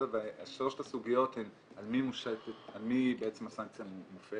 שלוש הסוגיות הן על מי הסנקציה נופלת,